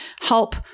help